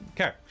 Okay